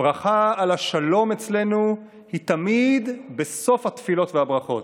הברכה על השלום אצלנו היא תמיד בסוף התפילות והברכות.